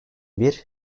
bir